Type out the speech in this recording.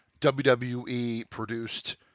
WWE-produced